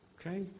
Okay